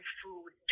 food